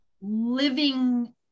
living